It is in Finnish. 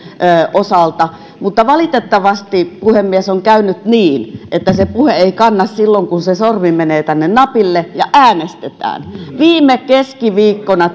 osalta mutta valitettavasti puhemies on käynyt niin että se puhe ei kanna silloin kun se sormi menee tänne napille ja äänestetään viime keskiviikkona